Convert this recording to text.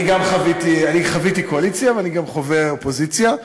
אני חוויתי קואליציה ואני גם חווה אופוזיציה,